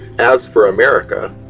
as for america,